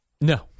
No